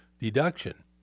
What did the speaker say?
deduction